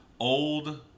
old